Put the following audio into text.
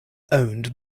owned